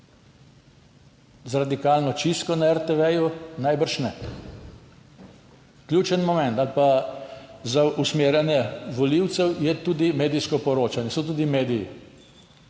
Z radikalno čistko na RTV najbrž ne. Ključen moment ali pa za usmerjanje volivcev je tudi medijsko poročanje, so tudi mediji.